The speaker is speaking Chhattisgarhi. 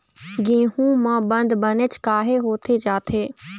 गेहूं म बंद बनेच काहे होथे जाथे?